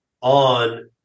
on